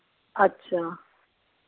अच्छा